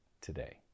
today